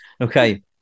Okay